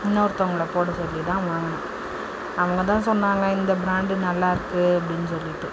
இன்னொருத்தவங்கள் போட சொல்லி தான் வாங்கினேன் அவங்க தான் சொன்னாங்க இந்த பிராண்டு நல்லா இருக்குது அப்படினு சொல்லிட்டு